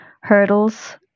hurdles